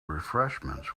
refreshments